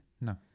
No